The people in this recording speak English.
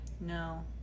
No